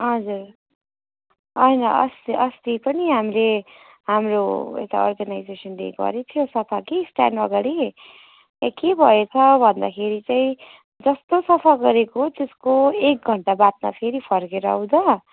हजुर होइन अस्ति अस्ति पनि हामीले हाम्रो यता ओर्गानाइजेसनले गरेको थियो सफा कि स्ट्यान्डअगाडि त्यहाँ के भएछ भन्दाखेरि चाहिँ जस्तो सफा गरेको त्यसको एक घन्टाबादमा फेरि फर्केर आउँदा